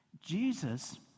Jesus